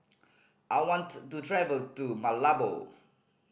I want to travel to Malabo